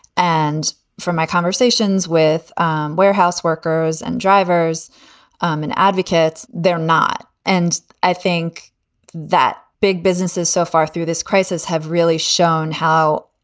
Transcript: and from my conversations with warehouse workers and drivers and advocates, they're not. and i think that big businesses so far through this crisis have really shown how.